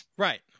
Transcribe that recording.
Right